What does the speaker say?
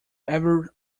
ever